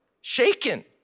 shaken